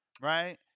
right